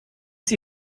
sie